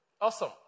Awesome